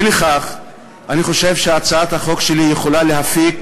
אי לכך, אני חושב שהצעת החוק שלי יכולה להפיק